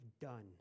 done